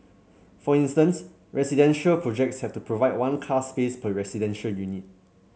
for instance residential projects have to provide one car space per residential unit